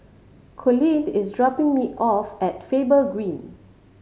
colleen is dropping me off at Faber Green